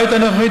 בעת הנוכחית,